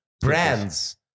brands